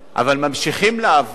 אבל ממשיכים לעבוד